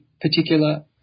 particular